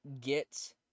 get